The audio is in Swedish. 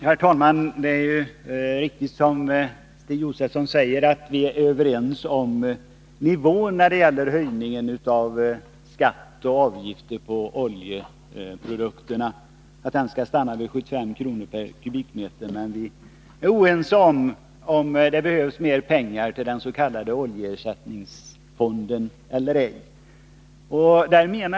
Herr talman! Det är riktigt, som Stig Josefson säger, att vi är överens om nivån när det gäller höjning av skatt och avgifter på oljeprodukterna, nämligen att man skall stanna vid 75 kr./m?, men vi är oense om huruvida det behövs mer pengar till oljeersättningsfonden eller ej.